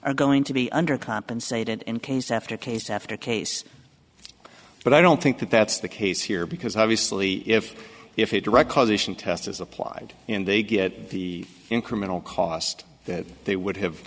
are going to be under compensated in case after case case after but i don't think that that's the case here because obviously if if a direct causation test is applied and they get the incremental cost that they would have